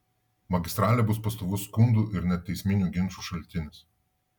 magistralė bus pastovus skundų ir net teisminių ginčų šaltinis